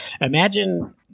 Imagine